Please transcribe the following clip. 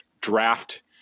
draft